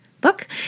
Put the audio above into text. book